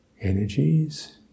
Energies